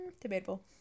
debatable